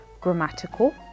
grammatical